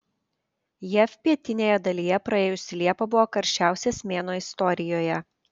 jav pietinėje dalyje praėjusi liepa buvo karščiausias mėnuo istorijoje